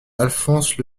alphonse